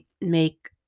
make